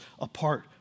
apart